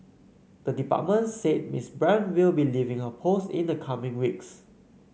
the department said Miss Brand will be leaving her post in the coming weeks